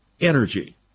energy